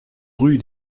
rue